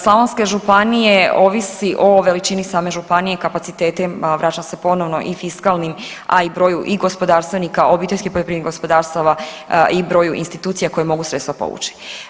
Slavonske županije ovisi o veličini same županije i kapacitetima, vraćam se ponovno i fiskalnim, a i broju i gospodarstvenika, obiteljskih poljoprivrednih gospodarstava i broju institucija koji mogu sredstva povući.